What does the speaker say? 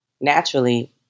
naturally